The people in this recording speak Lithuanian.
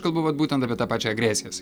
kalbu vat būtent apie tą pačią agresiją sa